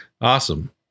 Awesome